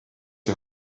die